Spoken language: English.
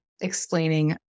explaining